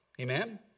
Amen